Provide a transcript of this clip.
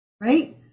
right